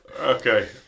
Okay